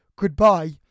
goodbye